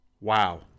wow